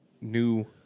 new